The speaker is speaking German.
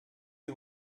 die